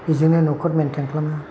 बेजोंनो न'खर मैनटेन खालामो